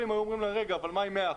היו שואלים אותם מה עם 100 אחוזים.